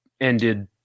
ended